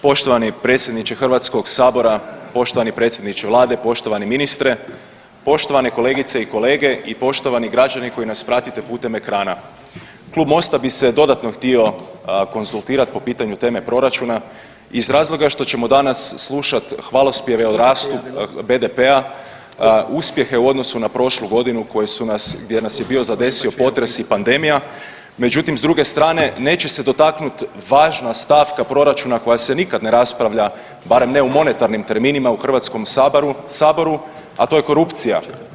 Poštovani predsjedniče Hrvatskog sabora, poštovani predsjedniče vlade, poštovani ministre, poštovane kolegice i kolege i poštovani građani koji nas pratite putem ekrana, Klub MOST-a bi se dodatno htio konzultirati po pitanju teme proračuna iz razloga što ćemo danas slušat hvalospjeve o rastu BDP-a, uspjehe u odnosu na prošlu godinu koje su nas, gdje nas je bio zadesio potres i pandemija, međutim s druge strane neće se dotaknuti važna stavka proračuna koja se nikad ne raspravlja barem ne u monetarnim terminima u Hrvatskom saboru, a to je korupcija.